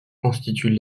constituent